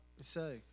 say